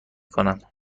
کنم